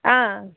ஆ